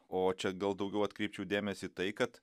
o čia gal daugiau atkreipčiau dėmesį tai kad